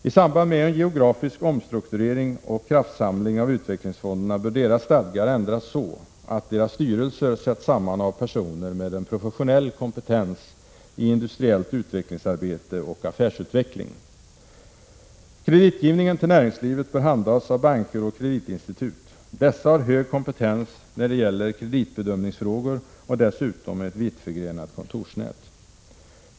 I samband med en geografisk omstrukturering och kraftsamling när det gäller utvecklingsfonderna bör deras stadgar ändras så att deras styrelser sätts samman av personer med en professionell kompetens i industriellt utvecklingsarbete och affärsutveckling. Kreditgivningen till näringslivet bör handhas av banker och kreditinstitut. Dessa har hög kompetens när det gäller kreditbedömningsfrågor och dessutom ett vitt förgrenat kontorsnät.